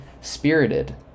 Spirited